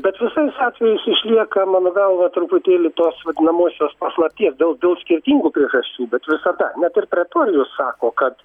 bet visais atvejais išlieka mano galva truputėlį tos vadinamosios paslapties dėl skirtingų priežasčių bet visada net ir pretorijus sako kad